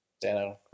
Dan